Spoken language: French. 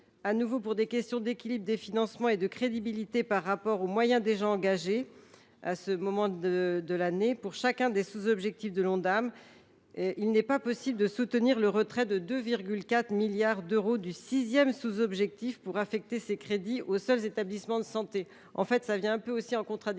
Toujours pour des questions d’équilibre des financements et de crédibilité par rapport aux moyens déjà engagés à ce moment de l’année pour chacun des sous objectifs de l’Ondam, il n’est pas possible de soutenir le retrait de 2,4 milliards d’euros du sixième sous objectif pour affecter ces crédits aux seuls établissements de santé. Cette proposition entre d’ailleurs en contradiction